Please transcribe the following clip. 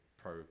pro